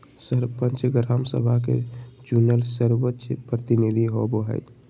सरपंच, ग्राम सभा के चुनल सर्वोच्च प्रतिनिधि होबो हइ